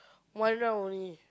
one round only